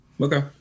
Okay